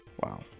Wow